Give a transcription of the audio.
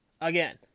again